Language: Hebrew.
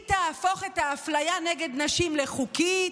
היא תהפוך את האפליה נגד נשים לחוקית,